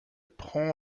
prend